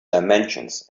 dimensions